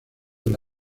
del